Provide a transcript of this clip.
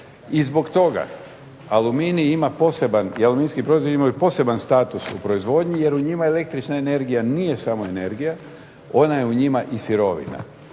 I zbog toga aluminij ima poseban i aluminijski proizvodi imaju poseban status u proizvodnji jer u njima električna energija nije samo energija, ona je u njima i sirovina.